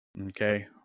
okay